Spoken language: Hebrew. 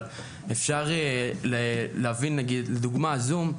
אבל אפשר להביא לדוגמה את הזום.